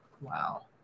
wow